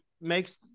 makes